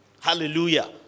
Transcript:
Hallelujah